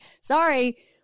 sorry